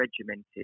regimented